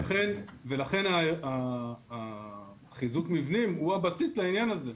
ולכן החיזוק מבנים הוא הבסיס לעניין הזה.